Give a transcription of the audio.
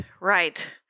Right